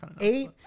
Eight